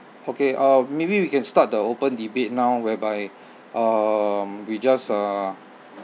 okay uh maybe we can start the open debate now whereby um we just uh